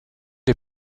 les